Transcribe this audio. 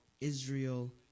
Israel